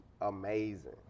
amazing